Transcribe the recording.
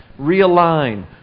realign